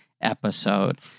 Episode